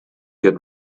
get